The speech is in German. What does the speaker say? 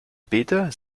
beete